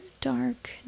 dark